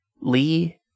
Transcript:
Lee